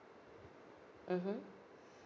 mmhmm